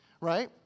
right